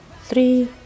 three